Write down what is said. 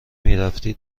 میرفتی